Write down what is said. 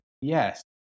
Yes